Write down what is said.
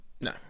No